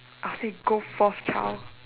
ask me go fourth trial